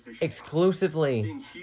Exclusively